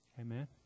Amen